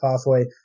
pathway